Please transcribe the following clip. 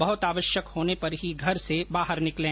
बहुत आवश्यक होने पर ही घर से बाहर निकलें